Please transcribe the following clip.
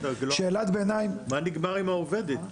מה נגמר עם העובדת?